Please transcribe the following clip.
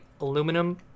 aluminum